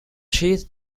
cheat